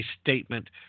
statement